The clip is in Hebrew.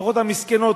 המשפחות המסכנות,